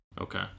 Okay